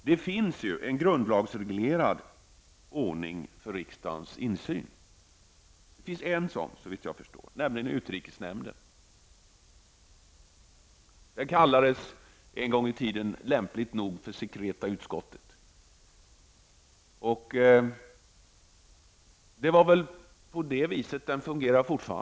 Det finns en grundlagsreglerad ordning för riksdagens insyn. Såvitt jag förstår finns ett organ som har en sådan funktion, nämligen utrikesnämnden. Den kallades lämpligt nog en gång i tiden för sekreta utskottet. Det är väl på det sättet den fortfarande fungerar.